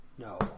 No